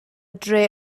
dre